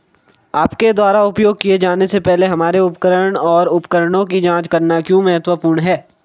आपके द्वारा उपयोग किए जाने से पहले हमारे उपकरण और उपकरणों की जांच करना क्यों महत्वपूर्ण है?